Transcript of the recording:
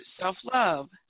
self-love